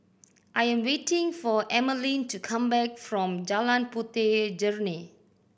I am waiting for Emmaline to come back from Jalan Puteh Jerneh